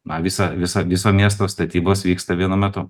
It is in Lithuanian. na visą visą viso miesto statybos vyksta vienu metu